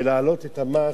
ולהעלות את המס,